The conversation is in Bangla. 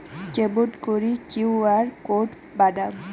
কেমন করি কিউ.আর কোড বানাম?